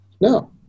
No